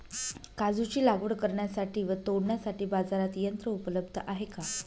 काजूची लागवड करण्यासाठी व तोडण्यासाठी बाजारात यंत्र उपलब्ध आहे का?